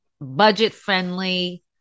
budget-friendly